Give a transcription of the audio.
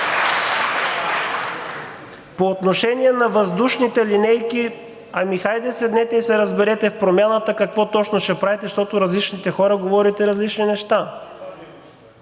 По отношение на въздушните линейки – ами, хайде, седнете и се разберете Промяната какво точно ще правите, защото различните хора говорите различни неща.